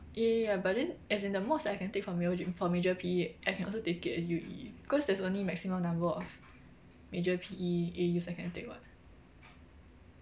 ya ya ya but then as in the mods that I can take for major for major P_E I can also take it as U_E cause there's only maximum number of major P_E A_Us I can take [what]